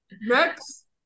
next